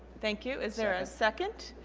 thank you is there a second?